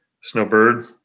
Snowbird